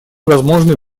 возможный